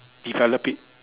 develop it